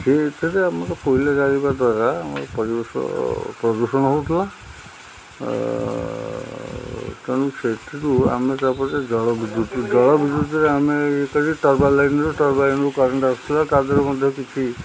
ସେ ଏଥିରେ ଆମର କୋଇଲା ଜାଳିବା ଦ୍ୱାରା ଆମର ପରିବେଶ ପ୍ରଦୂଷଣ ହଉଥିଲା ତେଣୁ ସେଥିରୁ ଆମେ ତା'ପରେ ଜଳ ବିଦ୍ୟୁତ ଜଳ ବିଦ୍ୟୁତିରେ ଆମେ ଇଏ ଟରବାଲ୍ ଲାଇନ୍ରେ ଟରବାଲ୍ ଲାଇନ୍ରେ କରେଣ୍ଟ ଆସୁଥିଲା ତା' ଦେହରେ ମଧ୍ୟ କିଛି